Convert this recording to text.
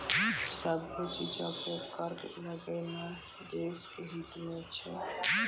सभ्भे चीजो पे कर लगैनाय देश के हितो मे छै